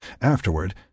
Afterward